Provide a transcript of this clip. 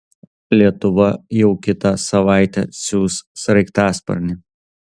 lietuva jau kitą savaitę siųs sraigtasparnį